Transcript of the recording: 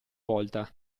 volta